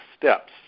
steps